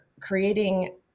creating